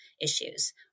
issues